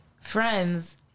friends